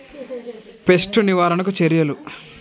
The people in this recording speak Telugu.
పెస్ట్ నివారణకు చర్యలు?